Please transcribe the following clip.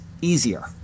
easier